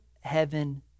heaven